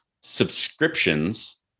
subscriptions